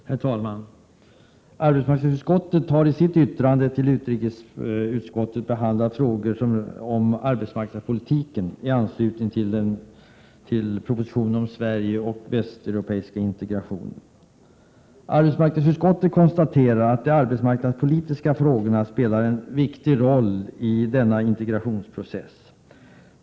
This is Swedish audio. Herr talman! Arbetsmarknadsutskottet har i sitt yttrande till utrikesutskottet behandlat frågor om arbetsmarknadspolitiken i anslutning till propositionen om Sverige och den västeuropeiska integrationen. Arbetsmarknadsutskottet konstaterar att de arbetsmarknadspolitiska frågorna spelar en viktig roll i denna integrationsprocess.